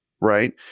right